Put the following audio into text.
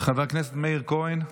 חבר הכנסת מאיר כהן.